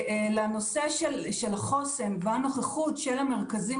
לנושא של החוסן והנוכחות של המרכזים